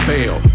Fail